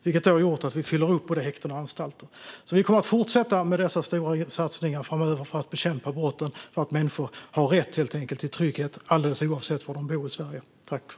Detta har gjort att vi fyller upp både häkten och anstalter. Vi kommer att fortsätta med dessa stora satsningar framöver för att bekämpa brott. Människor har helt enkelt rätt till trygghet alldeles oavsett var i Sverige de bor.